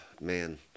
man